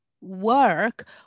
work